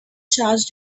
charged